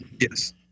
yes